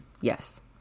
Yes